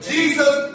Jesus